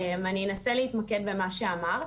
אני אנסה להתמקד במה שאמרת,